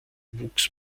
wuchs